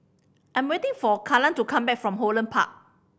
I am waiting for Kaylan to come back from Holland Park